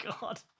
God